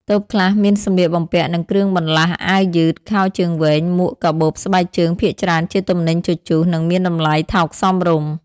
តូបខ្លះមានសម្លៀកបំពាក់ និងគ្រឿងបន្លាស់ អាវយឺត ខោជើងវែង មួក កាបូប ស្បែកជើង ភាគច្រើនជាទំនិញជជុះ និងមានតម្លៃថោកសមរម្យ ។